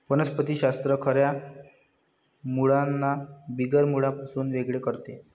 वनस्पति शास्त्र खऱ्या मुळांना बिगर मुळांपासून वेगळे करते